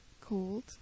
Cold